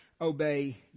obey